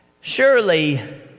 Surely